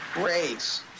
race